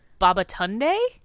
Babatunde